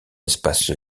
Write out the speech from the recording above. espace